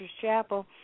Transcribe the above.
Chapel